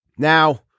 Now